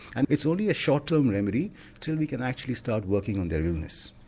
and it's only a short term remedy until we can actually start working on their illness.